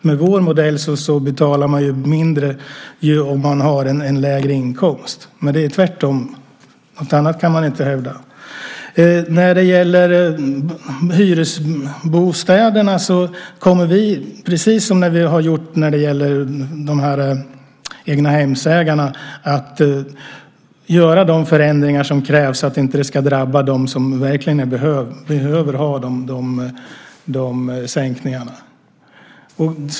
Med vår modell betalar man ju mindre om man har en lägre inkomst. Men det är tvärtom med er. Något annat kan man inte hävda. När det gäller hyresbostäderna kommer vi, precis som vi har gjort när det gäller egnahemsägarna, att göra de förändringar som krävs så att det inte ska drabba dem som verkligen behöver ha de här sänkningarna.